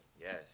Yes